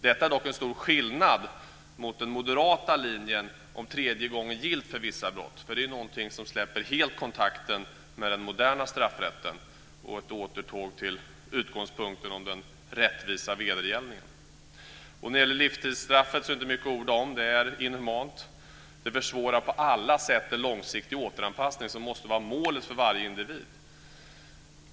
Detta är dock en stor skillnad mot den moderata linjen om tredje gången gillt för vissa brott. Det är någonting som helt släpper kontakten med den moderna straffrätten och är ett återtåg till utgångspunkten om den rättvisa vedergällningen. Det är inte mycket att orda om livstidsstraffet. Det är inhumant. Det försvårar på alla sätt en långsiktig återanpassning, som måste vara målet för varje individ.